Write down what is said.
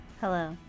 hello